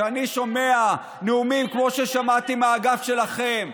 כשאני שומע נאומים כמו ששמעתי מהאגף שלכם,